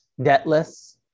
debtless